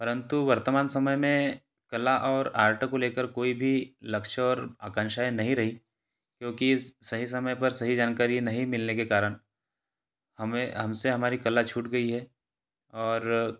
परंतु वर्तमान समय में कला और आर्ट को ले कर कोई भी लक्ष्य और आकांक्षाऍं नहीं रहीं क्योंकि सही समय पर सही जानकारी नहीं मिलने के कारण हमें हम से हमारी कला छूट गई है और